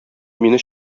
мине